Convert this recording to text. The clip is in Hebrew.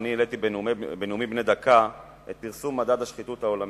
כשהעליתי בנאומים בני דקה את פרסום מדד השחיתות העולמי.